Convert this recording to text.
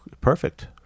perfect